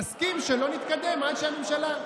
נסכים שלא נתקדם עד שהממשלה,